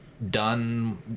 done